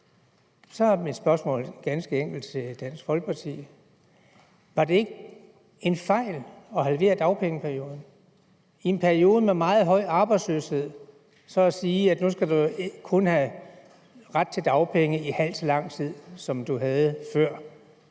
Så mit spørgsmål til Dansk Folkeparti er ganske enkelt: Var det ikke en fejl at halvere dagpengeperioden og i en periode med meget høj arbejdsløshed at sige: Nu skal du kun have ret til dagpenge i halvt så lang tid, som du havde før?